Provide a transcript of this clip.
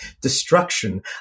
destruction